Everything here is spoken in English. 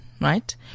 right